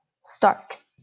start